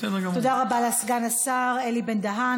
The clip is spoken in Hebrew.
תודה רבה לסגן השר אלי בן-דהן.